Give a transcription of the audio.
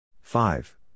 five